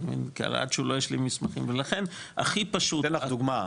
כי הרי עד שהוא לא ישלים מסמכים --- אני אתן לך דוגמא,